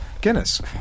Guinness